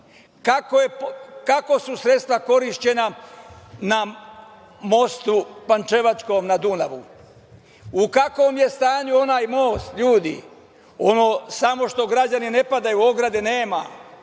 Kako su sredstva korišćena na Pančevačkom mostu na Dunavu? U kakvom je stanju onaj most, ljudi? Ono samo što građani ne padaju, ograde nema.